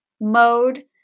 mode